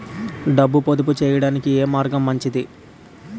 డబ్బు పొదుపు చేయటానికి ఏ మార్గం మంచిది?